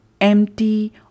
empty